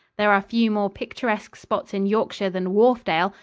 there are few more picturesque spots in yorkshire than wharfdale,